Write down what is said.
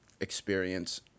experience